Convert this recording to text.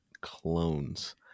clones